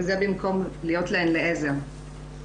הוא יחקור אותי על כל פרט ופרט של אותו ערב שאביעד ניסה לרצוח אותי.